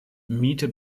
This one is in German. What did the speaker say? miete